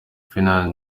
flynn